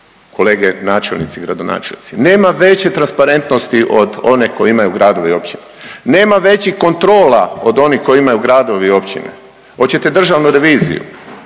kolege načelnici i gradonačelnici. Nema veće transparentnosti od one koju imaju gradovi i općine. Nema većih kontrola od onih koji imaju gradovi i općine. Hoćete državnu reviziju?